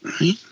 Right